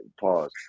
pause